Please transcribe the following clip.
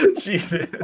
Jesus